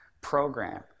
program